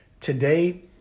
today